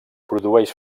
produeix